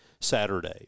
Saturday